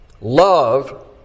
Love